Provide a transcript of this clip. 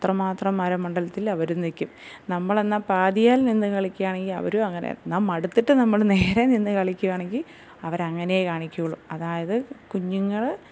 അത്രമാത്രം അര മണ്ഡലത്തിൽ അവരും നിക്കും നമ്മളെന്നാ പതിയാൽ നിന്ന് കളിക്കുകയാണെങ്കിൽ അവരും അങ്ങനെ എന്നാൽ മടുത്തിട്ട് നമ്മൾ നേരെ നിന്ന് കളിക്കുകയാണെങ്കിൽ അവരങ്ങനെ കാണിക്കുള്ളു അതായത് കുഞ്ഞുങ്ങൾ